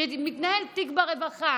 שמתנהל תיק ברווחה,